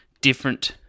different